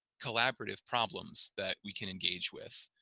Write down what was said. collaborative problems that we can engage with